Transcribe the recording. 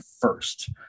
first